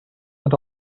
but